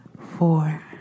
four